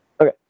Okay